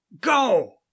go